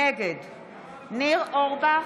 נגד ניר אורבך,